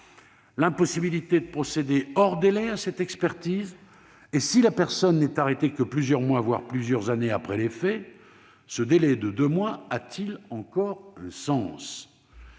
L'impossibilité de procéder, hors délai, à cette expertise ? Et si la personne n'est arrêtée que plusieurs mois, voire plusieurs années après les faits, ce délai de deux mois a-t-il encore un sens ?